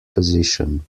position